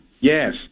Yes